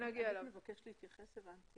הבנתי